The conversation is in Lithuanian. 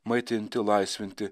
maitinti laisvinti